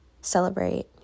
celebrate